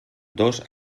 dos